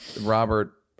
robert